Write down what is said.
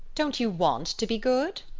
don't you want to be good?